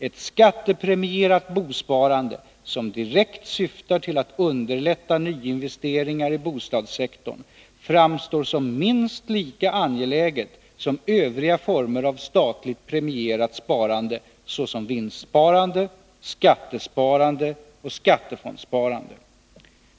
Ett skattepremierat bosparande, som direkt syftar till att underlätta nyinvesteringar i bostadssektorn, framstår som minst lika angeläget som övriga former av statligt premierat sparande såsom vinstsparande, skattesparande och skattefondssparande.